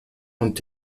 und